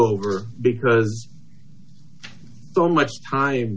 over because so much time